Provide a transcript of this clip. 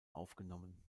aufgenommen